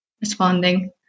responding